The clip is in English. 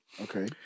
Okay